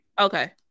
Okay